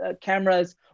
cameras